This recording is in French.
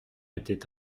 était